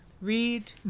Read